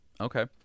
Okay